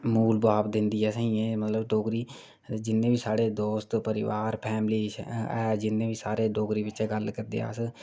मूल भाव दिंदी एह् असेंगी डोगरी ते जिन्ने बी साढ़े दोस्त परिवार फैमिली ऐ जिन्नी बी साढ़े डोगरी बिच गल्ल करदे अस